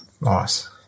Nice